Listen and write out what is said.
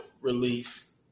release